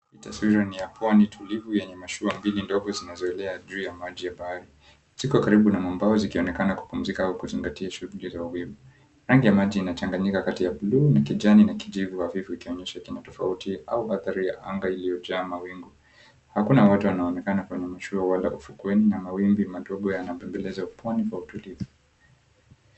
Taswira ni ya pwani tulivu yenye mashua mbili ndogo zinazoelea juu ya maji ya bahari. Ziko karibu na mambao zikionekana kupumzika au kuzingatia shughuli za uvuvi. Rangi ya maji inachanganyika kati ya blue na kijani na kijivu hafifu ikionyesha kina tofauti au athari ya anga iliyojaa mawingu. Hakuna watu wanaonekana kwenye mashua wala ufukweni na mawimbi madogo yanaambeleza upwani kwa utulivu.